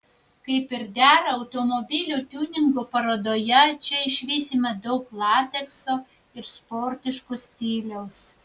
kaip ir dera automobilių tiuningo parodoje čia išvysime daug latekso ir sportiško stiliaus